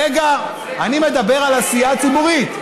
רגע, אני מדבר על עשייה ציבורית.